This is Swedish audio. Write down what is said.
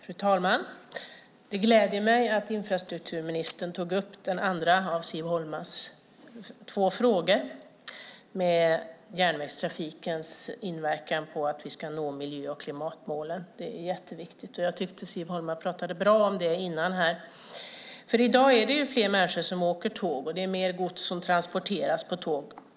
Fru talman! Det gläder mig att infrastrukturministern tog upp den andra av Siv Holmas två frågor om järnvägstrafikens inverkan på hur vi kan nå miljö och klimatmålen. Jag tyckte att Siv Holma pratade bra om det nyss. I dag är det fler människor som åker tåg, och det är mer gods som transporteras på tåg.